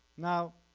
now